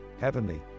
heavenly